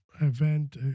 event